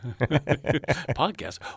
Podcast